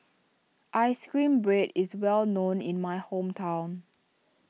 Ice Cream Bread is well known in my hometown